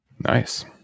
Nice